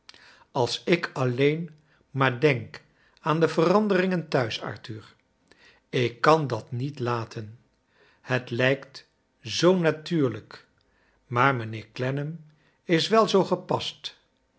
als ik alleen maar denk aan de veranderingen thuis arthur ik kan dat niet laten het lijkt zoo natuurlijk maar mijnheer glennam is wel zoo gepast